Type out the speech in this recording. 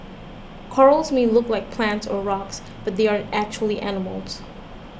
corals may look like plants or rocks but they are actually animals